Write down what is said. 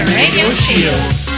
radioshields